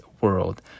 world